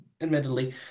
admittedly